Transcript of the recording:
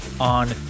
on